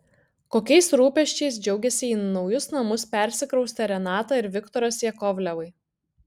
kokiais rūpesčiais džiaugiasi į naujus namus persikraustę renata ir viktoras jakovlevai